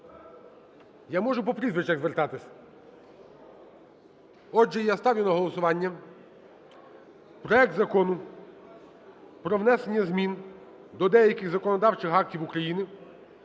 Я можу по прізвищах звертатись. Отже, я ставлю на голосування проект Закону про внесення змін до деяких законодавчих актів України